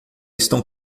estão